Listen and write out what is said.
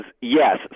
yes